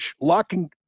locking